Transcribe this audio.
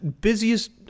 busiest